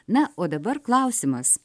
na o dabar klausimas